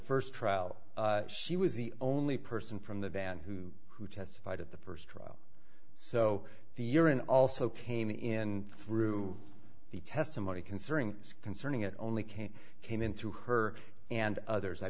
first trial she was the only person from the van who who testified at the first trial so the urine also came in through the testimony concerning concerning it only came came in through her and others i